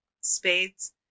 spades